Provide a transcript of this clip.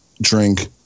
drink